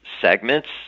segments